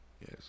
Yes